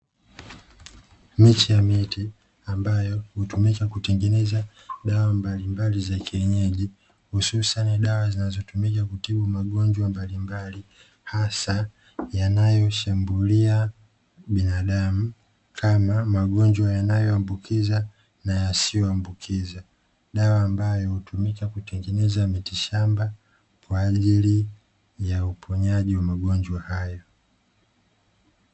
Miche ya miti, ambayo hutumika kutengeneza dawa mbalimbali za kienyeji, hususani dawa zinazotumika kutibu magonjwa mbalimbali, hasa yanayoshambulia binadamu, kama magonjwa yanayoambukiza na yasiyoambukiza. Dawa ambayo hutumika kutengeneza mitishamba kwa ajili ya uponyaji wa magonjwa hayo.